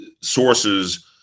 sources